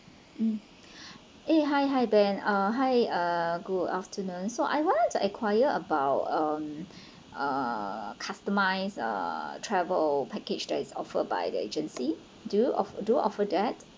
um eh hi hi ben uh hi uh good afternoon so I want to enquire about um uh customize uh travel package that is offered by the agency do you of~ do you offer that